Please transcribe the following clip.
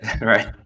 right